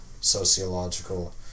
sociological